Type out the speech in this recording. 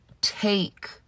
take